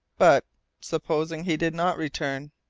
but supposing he did not return?